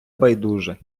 байдуже